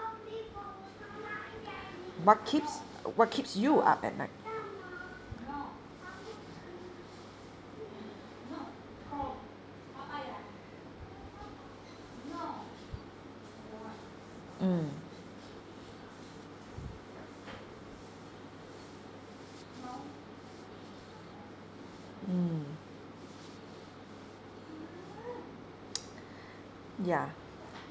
what keeps what keeps you up at night mm mm ya